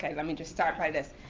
like let me just start by this.